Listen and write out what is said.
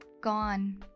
gone